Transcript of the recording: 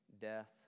death